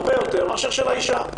הרבה יותר מאשר של האישה.